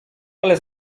ale